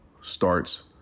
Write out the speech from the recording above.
starts